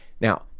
now